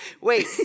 Wait